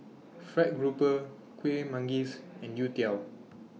Fried Grouper Kuih Manggis and Youtiao